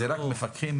זה רק מפקחים?